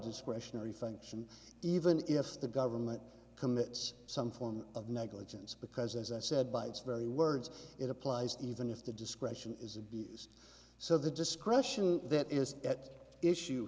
discretionary function even if the government commits some form of negligence because as i said by its very words it applies even if the discretion is abused so the discretion that is at issue